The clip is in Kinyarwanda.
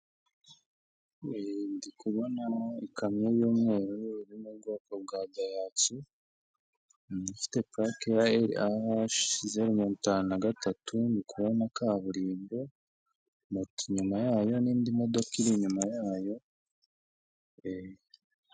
Ndikubona ikamyo y'umweru iri mu bwoko bwa dayihatsu ifite purake ya eri hashi zeru mirongo itanu na gatatu, ndikubona kaburimbo moto inyuma yayo n'indi modoka iri inyuma yayo.